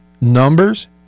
numbers